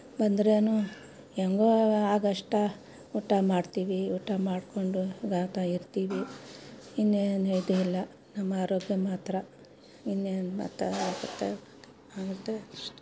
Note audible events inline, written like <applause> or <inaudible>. ಬಂದ್ರೆ ಹೆಂಗೋ ಆಗೋಷ್ಟು ಊಟ ಮಾಡ್ತೀವಿ ಊಟ ಮಾಡಿಕೊಂಡು <unintelligible> ಇರ್ತೀವಿ ಇನ್ನೇನು <unintelligible> ನಮ್ಮ ಆರೋಗ್ಯ ಮಾತ್ರ ಇನ್ನೇನು <unintelligible>